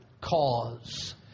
cause